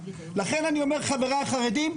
לכן אני אומר: חבריי החרדים,